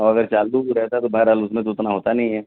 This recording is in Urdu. اور اگر چالو بھی رہتا ہے تو بہر حال اس میں تو اتنا ہوتا نہیں ہے